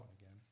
again